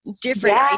different